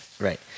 Right